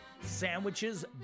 sandwiches